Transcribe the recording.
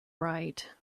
right